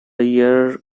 years